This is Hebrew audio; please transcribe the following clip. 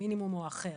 המינימום או האחר.